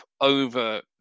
over